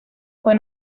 fue